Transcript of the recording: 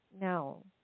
No